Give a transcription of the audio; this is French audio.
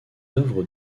œuvres